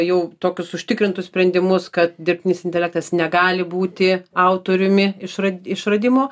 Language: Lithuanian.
jau tokius užtikrintus sprendimus kad dirbtinis intelektas negali būti autoriumi išrad išradimo